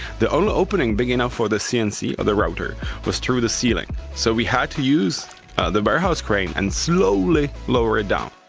the only opening big enough for the cnc or the router was through the ceiling, so we had to use the warehouse crane and slowly lower it down.